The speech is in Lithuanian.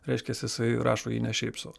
reiškias jisai rašo jį ne šiaip sau